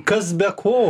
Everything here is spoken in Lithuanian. kas be ko